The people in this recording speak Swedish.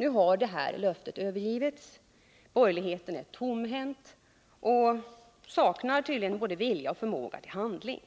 Nu har den ståndpunkten övergivits. Borgerligheten står tomhänt — den saknar tydligen både vilja och förmåga till handling.